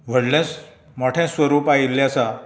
व्हडलें मोठें स्वरूप आयिल्लें आसा